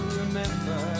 remember